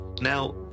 Now